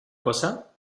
cosa